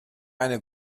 eine